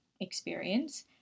experience